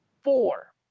Four